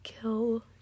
kill